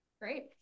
Great